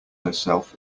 herself